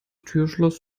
türschloss